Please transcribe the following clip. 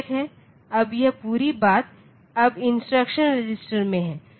अब यह पूरी बात अब इंस्ट्रक्शन रजिस्टर में है